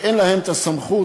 ואין להם הסמכות